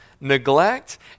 neglect